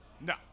No